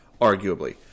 arguably